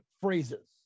phrases